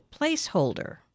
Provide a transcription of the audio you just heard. placeholder